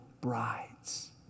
brides